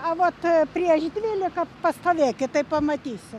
a vot prieš dvylika pastavėkit tai pamatysi